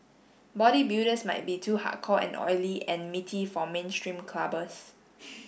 bodybuilders might be too hardcore and oily and meaty for mainstream clubbers